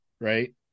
right